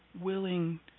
willing